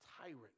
tyrant